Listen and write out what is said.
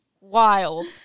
Wild